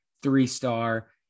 three-star